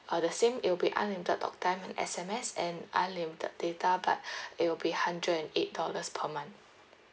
uh the same it will be unlimited talktime and S_M_S and unlimited data but it will be hundred and eight dollars per month